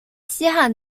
西汉